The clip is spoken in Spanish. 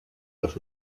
los